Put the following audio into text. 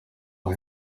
aha